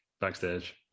backstage